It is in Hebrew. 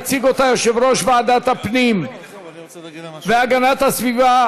יציג אותה יושב-ראש ועדת הפנים והגנת הסביבה,